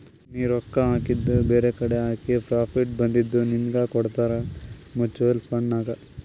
ನೀ ರೊಕ್ಕಾ ಹಾಕಿದು ಬೇರೆಕಡಿ ಹಾಕಿ ಪ್ರಾಫಿಟ್ ಬಂದಿದು ನಿನ್ನುಗ್ ಕೊಡ್ತಾರ ಮೂಚುವಲ್ ಫಂಡ್ ನಾಗ್